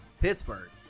Pittsburgh